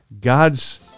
God's